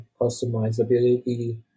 customizability